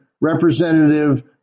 representative